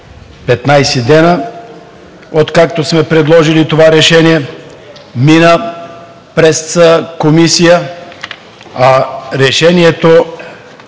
15 дена, откакто сме предложили това решение – мина през комисия. Ако решението